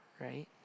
right